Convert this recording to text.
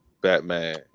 Batman